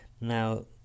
now